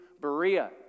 Berea